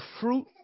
fruit